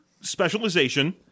specialization